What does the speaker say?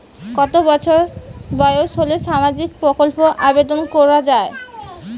কত বছর বয়স হলে সামাজিক প্রকল্পর আবেদন করযাবে?